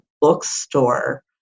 bookstore